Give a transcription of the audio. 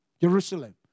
Jerusalem